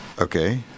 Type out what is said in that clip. Okay